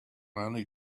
only